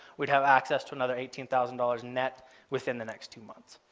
we'd have access to another eighteen thousand dollars net within the next two months.